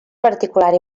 particular